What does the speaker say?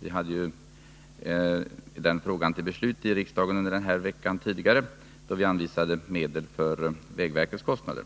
Den frågan hade vi uppe till beslut i riksdagen tidigare under den här veckan, då vi anvisade medel till vägverkets kostnader.